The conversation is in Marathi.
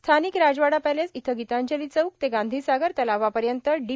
स्थानिक राजवाडा पॅलेस इथं गितांजली चौक ते गांधीसागर तलाव पर्यंत डी